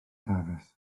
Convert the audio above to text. dafis